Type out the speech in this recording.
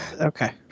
Okay